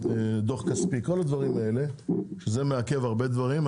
דוח כספי, כל הדברים האלה, שזה מעכב הרבה דברים.